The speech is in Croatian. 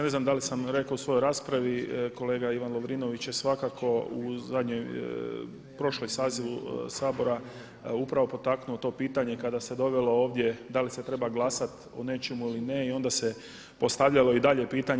Ne znam da li sam rekao u svojoj raspravi kolega Ivan Lovrinović je svakako u zadnjoj, u prošlom sazivu Sabora upravo potaknuo to pitanje kada se dovelo ovdje da li se treba glasati o nečemu ili ne i onda se postavljalo i dalje pitanje.